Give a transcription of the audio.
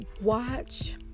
watch